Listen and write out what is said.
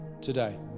today